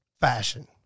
Fashion